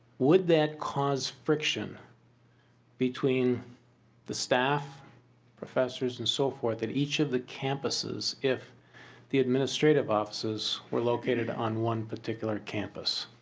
would that cause friction between the staff professors and so forth at each of the campuses if the administrative offices were located on one particular campus?